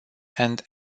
and